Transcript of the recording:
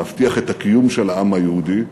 להבטיח את הקיום של העם היהודי,